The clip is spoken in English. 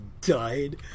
died